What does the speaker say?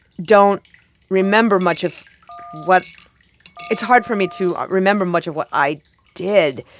don't remember much of what it's hard for me to remember much of what i did.